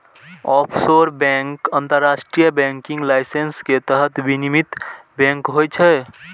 offshore bank अंतरराष्ट्रीय banking licence के तहत विनियमित बैंक होइ छै